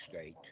state